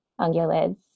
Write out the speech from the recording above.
ungulates